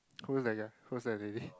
who's that guy who's that lady